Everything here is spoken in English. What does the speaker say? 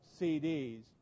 CDs